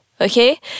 Okay